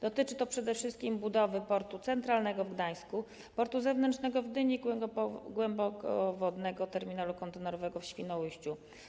Dotyczy to przede wszystkim budowy Portu Centralnego w Gdańsku, Portu Zewnętrznego w Gdyni i Głębokowodnego Terminalu Kontenerowego w Świnoujściu.